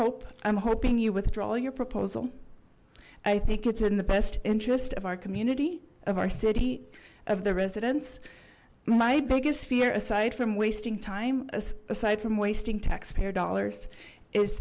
hope i'm hoping you withdraw your proposal i think it's in the best interest of our community of our city of the residents my biggest fear aside from wasting time aside from wasting taxpayer dollars is